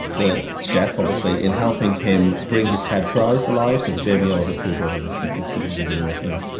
the chef, obviously, in helping him bring his ted prize alive, so the jamie oliver food revolution is something we've been working on.